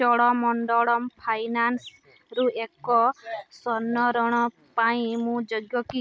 ଚୋଳମଣ୍ଡଳମ୍ ଫାଇନାନ୍ସ୍ରୁ ଏକ ସ୍ଵର୍ଣ୍ଣ ଋଣ ପାଇଁ ମୁଁ ଯୋଗ୍ୟ କି